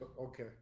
okay